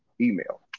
email